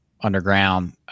underground